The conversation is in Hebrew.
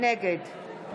נגד